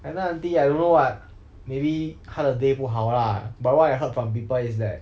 auntie I don't know ah maybe 她的 day 不好 lah but what I heard from people is that